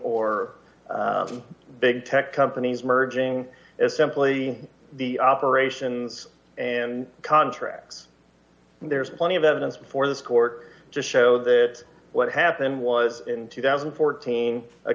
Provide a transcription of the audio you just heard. or big tech companies merging is simply the operations and contracts there's plenty of evidence before this court to show that what happened was in two thousand and fourteen a